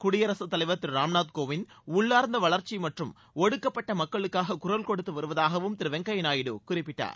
குடியரசு தலைவர் திரு ராம்நாத் கோவிந்த் உள்ளார்ந்த வளர்ச்சி மற்றும் ஒடுக்கப்பட்ட மக்களுக்காக குரல் கொடுத்த வருவதாகவும் திரு வெங்கய்ய நாயுடு குறிப்பிட்டார்